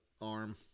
arm